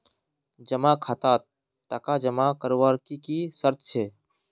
जमा खातात टका जमा करवार की की शर्त छे?